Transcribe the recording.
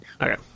Okay